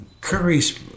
Curry's